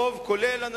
רוב חברי הכנסת,